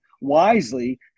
wisely